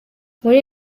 muri